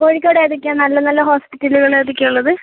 കോഴിക്കോട് ഏതൊക്കെയാണ് നല്ല നല്ല ഹോസ്പിറ്റലുകൾ ഏതൊക്കെയാണ് ഉള്ളത്